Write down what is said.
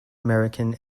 american